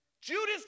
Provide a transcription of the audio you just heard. Judas